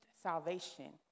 salvation